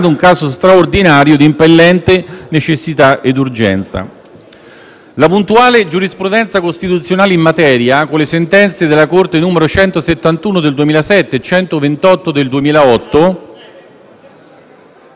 un caso straordinario di impellente necessità e urgenza. La puntuale giurisprudenza costituzionale in materia, con le sentenze della Corte nn. 171 del 2007 e 128 del 2008...